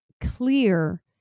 clear